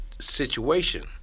situation